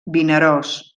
vinaròs